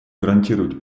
гарантировать